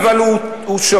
זה מהותי, אבל הוא שגוי.